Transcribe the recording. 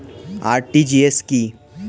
RTGS কি?